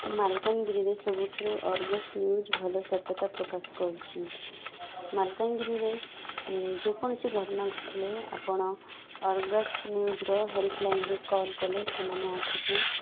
ମାଲକାନଗିରି ସବୁଠାରୁ Argus news ଭଲ ସତ୍ୟତା ପ୍ରକାଶ କରୁଛି ମାଲକାନଗିରିରେ ଯେକୌଣସି ଘଟଣା ଘଟିଲେ ଆପଣ ଅର୍ଗସ୍ ନ୍ୟୁଜ୍ର ହେଲ୍ପଲାଇନ୍ରେ କଲ୍ କଲେ ସେମାନେ ଆସିକି